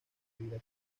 vida